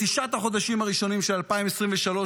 בתשעת החודשים הראשונים של 2023,